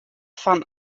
fan